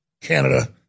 Canada